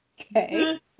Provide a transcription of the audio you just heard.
Okay